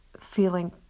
feeling